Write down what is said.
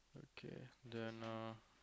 okay then uh